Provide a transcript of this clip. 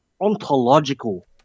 ontological